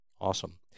Awesome